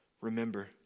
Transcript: remember